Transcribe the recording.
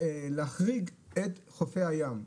להחריג את חופי הים,